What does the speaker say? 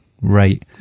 right